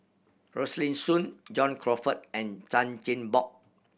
Rosaline Soon John Crawfurd and Chan Chin Bock